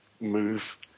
move